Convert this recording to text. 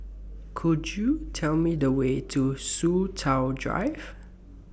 Could YOU Tell Me The Way to Soo Chow Drive